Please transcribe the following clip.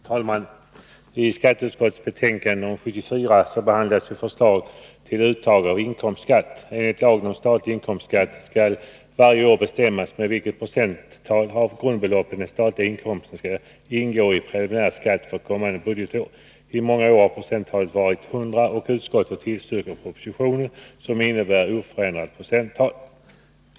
Herr talman! I skatteutskottets betänkande nr 74 behandlas förslag till uttag av inkomstskatt. Enligt lagen om statlig inkomstskatt skall varje år bestämmas med vilket procenttal av grundbeloppen den statliga inkomsten skall ingå i preliminär skatt för kommande budgetår. I många år har procenttalet varit 100 och utskottet tillstyrker propositionen, som innebär oförändrat procenttal.